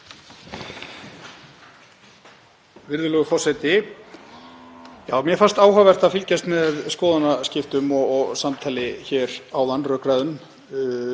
Virðulegur forseti. Mér fannst áhugavert að fylgjast með skoðanaskiptum og samtali hér áðan, rökræðum